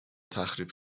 تخریب